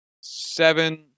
seven